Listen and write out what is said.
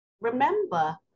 Remember